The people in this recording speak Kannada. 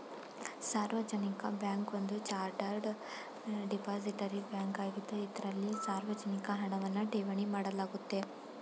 ಸಾರ್ವಜನಿಕ ಬ್ಯಾಂಕ್ ಒಂದು ಚಾರ್ಟರ್ಡ್ ಡಿಪಾಸಿಟರಿ ಬ್ಯಾಂಕ್ ಆಗಿದ್ದು ಇದ್ರಲ್ಲಿ ಸಾರ್ವಜನಿಕ ಹಣವನ್ನ ಠೇವಣಿ ಮಾಡಲಾಗುತ್ತೆ